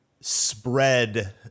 spread